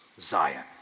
Zion